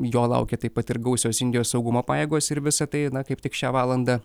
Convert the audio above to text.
jo laukia taip pat ir gausios indijos saugumo pajėgos ir visa tai na kaip tik šią valandą